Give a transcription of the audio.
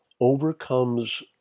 overcomes